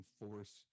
force